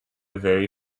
very